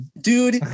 Dude